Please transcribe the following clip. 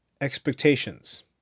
expectations